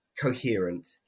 coherent